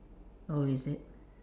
oh is it